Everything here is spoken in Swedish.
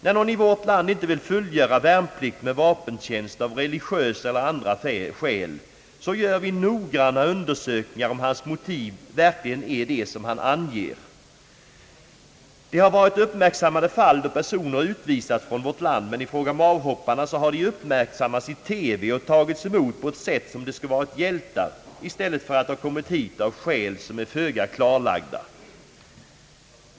När någon i vårt land av religiösa eller andra skäl inte vill fullgöra värnplikt med vapentjänst, görs noggranna undersökningar för att klargöra om hans motiv verkligen är de som han anger. Det har förekommit att personer utvisats från vårt land, men avhopparna har uppmärksammats i TV och tagits emot på ett sätt som om de vore hjältar. I stället har de kommit hit av skäl som är föga klarlagda.